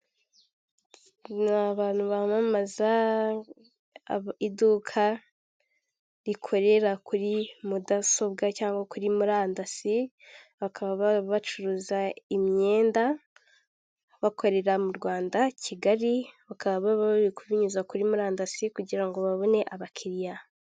Umuhanda ukoze neza hagati harimo umurongo w'umweru wihese, umuntu uri ku kinyabiziga cy'ikinyamitende n'undi uhagaze mu kayira k'abanyamaguru mu mpande zawo hari amazu ahakikije n'ibyuma birebire biriho insinga z'amashanyarazi nyinshi.